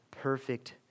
perfect